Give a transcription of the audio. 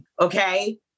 okay